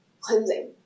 cleansing